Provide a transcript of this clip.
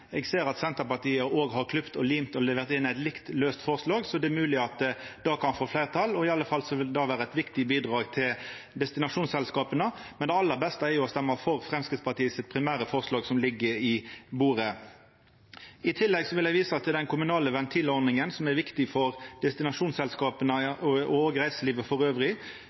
Eg ser at Senterpartiet òg har klipt og limt og levert inn eit likt laust forslag, så det er mogleg at det kan få fleirtal. I alle fall vil det vera eit viktig bidrag til destinasjonsselskapa, men det aller beste er å stemma for Framstegspartiets primære forslag, som ligg i bordet. I tillegg vil eg visa til den kommunale ventilordninga, som er viktig for destinasjonsselskapa og reiselivet elles. For eksempel har bedrifter som skal selja Noreg til utlandet, hatt stort fall, og